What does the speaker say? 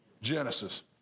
Genesis